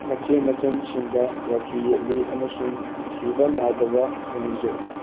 ꯃꯆꯦ ꯃꯆꯟꯁꯤꯡꯗ ꯔꯈꯤ ꯌꯦꯠꯂꯤ ꯑꯃꯁꯨꯡ ꯁꯤꯕ ꯅꯥꯏꯗꯕ ꯊꯧꯅꯤꯖꯩ